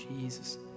jesus